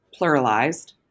pluralized